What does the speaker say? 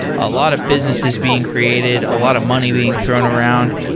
a lot of business is being created, a lot of money being thrown around.